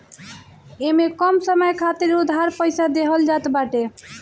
इमे कम समय खातिर उधार पईसा देहल जात बाटे